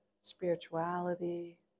spirituality